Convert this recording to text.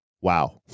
wow